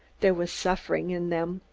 there was suffering in them,